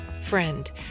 Friend